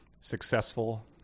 successful